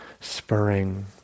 spurring